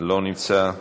אינו נוכח,